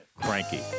cranky